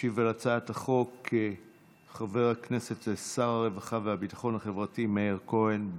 ישיב על הצעת החוק חבר הכנסת ושר הרווחה והביטחון החברתי מאיר כהן.